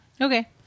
Okay